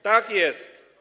Tak jest.